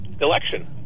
election